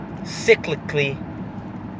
cyclically